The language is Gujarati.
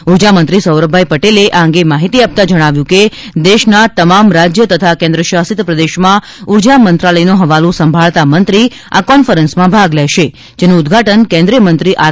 ઊર્જામંત્રી સૌરભભાઈ પટેલે આ અંગે માહિતી આપતા જણાવ્યું છે કે દેશના તમામ રાજ્ય તથા કેન્દ્રશાસિત પ્રદેશમાં ઊર્જા મંત્રાલયનો હવાલો સંભાળતા મંત્રી આ કોન્ફરન્સમાં ભાગ લેશે જેનું ઊદઘાટન કેન્દ્રીયમંત્રી આર